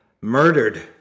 Murdered